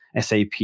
SAP